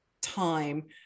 time